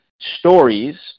stories